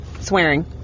Swearing